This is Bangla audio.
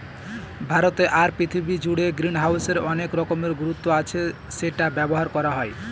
ভারতে আর পৃথিবী জুড়ে গ্রিনহাউসের অনেক রকমের গুরুত্ব আছে সেটা ব্যবহার করা হয়